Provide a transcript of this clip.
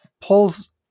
pulls